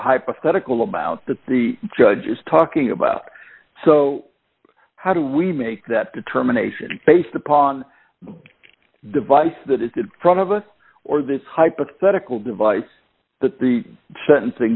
hypothetical amount that the judge is talking about so how do we make that determination based upon the device that is in front of us or this hypothetical device that the sentencing